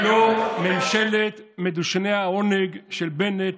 היום ממשלת מדושני העונג של בנט,